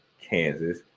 Kansas